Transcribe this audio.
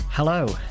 Hello